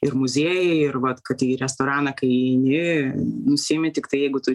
ir muziejai ir vat kad į restoraną kai įeini nusiimi tiktai jeigu tu